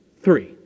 three